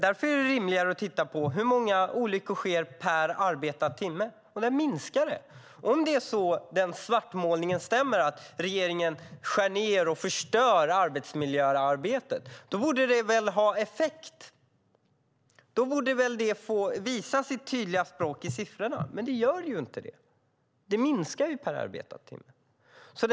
Därför är det rimligare att titta på hur många olyckor som sker per arbetad timme, och där minskar det. Om svartmålningen att regeringen skär ned och förstör arbetsmiljöarbetet stämmer borde det väl ha effekt. Det borde väl tala sitt tydliga språk i siffrorna, men det gör ju inte det. Det minskar per arbetad timme.